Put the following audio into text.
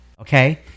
Okay